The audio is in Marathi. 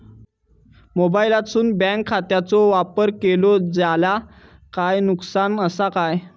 मोबाईलातसून बँक खात्याचो वापर केलो जाल्या काय नुकसान असा काय?